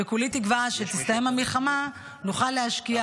וכולי תקווה שתסתיים המלחמה ונוכל להשקיע